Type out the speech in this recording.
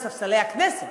בספסלי הכנסת.